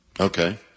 Okay